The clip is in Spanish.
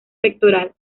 pectoral